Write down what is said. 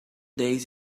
days